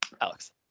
Alex